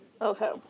Okay